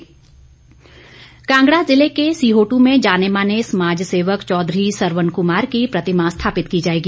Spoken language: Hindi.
परमार कांगड़ा ज़िले के सिहोटू में जाने माने समाज सेवक चौधरी सरवन कुमार की प्रतिमा स्थापित की जाएगी